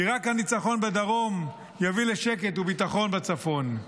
כי רק הניצחון בדרום יביא לשקט וביטחון בצפון.